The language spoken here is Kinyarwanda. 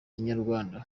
inyarwanda